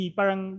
parang